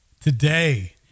Today